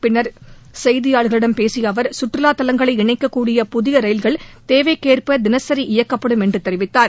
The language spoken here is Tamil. பின்னர் செய்தியாளர்களிடம் பேசிய அவர் சுற்றுலா தலங்களை இணைக்க்கூடிய புதிய ரயில்கள் தேவைக்கு ஏற்ப தினசரி இயக்கப்படும் என்று தெரிவித்தார்